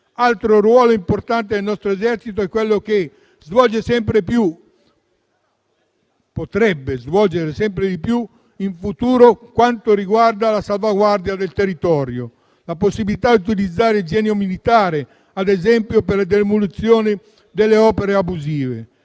Altro ruolo importante del nostro esercito è quello che svolge e potrebbe svolgere sempre di più in futuro nell'ambito della salvaguardia del territorio, come la possibilità di utilizzare il Genio militare, ad esempio, per la demolizione delle opere abusive.